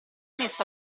messo